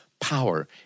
power